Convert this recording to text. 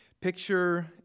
Picture